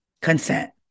consent